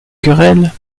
querelles